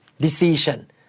decision